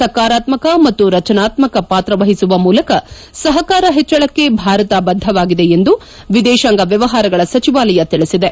ಸಕಾರಾತ್ನಕ ಮತ್ತು ರಚನಾತ್ನಕ ಪಾತ್ರ ವಹಿಸುವ ಮೂಲಕ ಸಪಕಾರ ಹೆಚ್ಚಳಕ್ಕೆ ಭಾರತ ಬದ್ದವಾಗಿದೆ ಎಂದು ವಿದೇಶಾಂಗ ವ್ಯವಹಾರಗಳ ಸಚಿವಾಲಯ ತಿಳಿಸಿದೆ